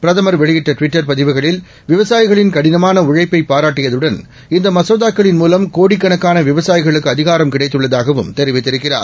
பிரதமர்வெளியிட்டட்விட்டர்பதிவுகளில் விவசாயிகளின்கடினமானஉழைப்பைபாராட்டியதுடன் இந்தமசோதாக்களின்மூலம்கோடிக்கணக்கானவிவசாயிகளு க்குஅதிகாரம்கிடைத்துள்ளதாகவும்தெரிவித்திருக்கிறார்